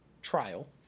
trial